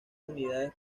unidades